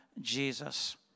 Jesus